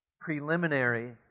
preliminary